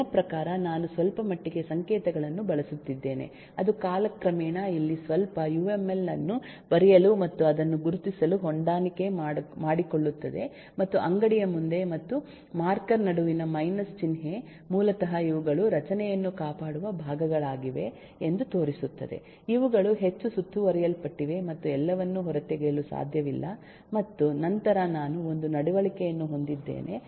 ನನ್ನ ಪ್ರಕಾರ ನಾನು ಸ್ವಲ್ಪಮಟ್ಟಿಗೆ ಸಂಕೇತಗಳನ್ನು ಬಳಸುತ್ತಿದ್ದೇನೆ ಅದು ಕಾಲಕ್ರಮೇಣ ಇಲ್ಲಿ ಸ್ವಲ್ಪ ಯುಎಮ್ಎಲ್ ಅನ್ನು ಬರೆಯಲು ಮತ್ತು ಅದನ್ನು ಗುರುತಿಸಲು ಹೊಂದಾಣಿಕೆ ಮಾಡಿಕೊಳ್ಳುತ್ತದೆ ಮತ್ತು ಅಂಗಡಿಯ ಮುಂದೆ ಮತ್ತು ಮಾರ್ಕರ್ ನಡುವಿನ ಮೈನಸ್ ಚಿಹ್ನೆ ಮೂಲತಃ ಇವುಗಳು ರಚನೆಯನ್ನು ಕಾಪಾಡುವ ಭಾಗಗಳಾಗಿವೆ ಎಂದು ತೋರಿಸುತ್ತದೆ ಇವುಗಳು ಹೆಚ್ಚು ಸುತ್ತುವರಿಯಲ್ಪಟ್ಟಿವೆ ಮತ್ತು ಎಲ್ಲವನ್ನು ಹೊರತೆಗೆಯಲು ಸಾಧ್ಯವಿಲ್ಲ ಮತ್ತು ನಂತರ ನಾನು ಒಂದು ನಡವಳಿಕೆಯನ್ನು ಹೊಂದಿದ್ದೇನೆ